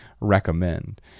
recommend